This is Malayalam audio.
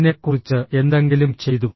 അതിനെക്കുറിച്ച് എന്തെങ്കിലും ചെയ്തു